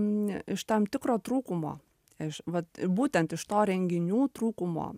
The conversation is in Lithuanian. n iš tam tikro trūkumo iš vat būtent iš to renginių trūkumo